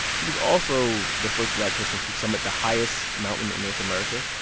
he was also the first black person to summit the highest mountain in north america.